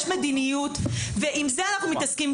יש מדיניות ועם זה אנחנו מתעסקים,